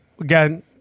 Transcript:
again